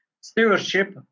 Stewardship